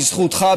בזכותך,